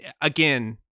again